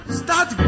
start